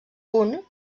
punt